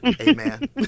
Amen